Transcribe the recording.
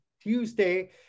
Tuesday